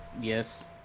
Yes